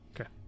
Okay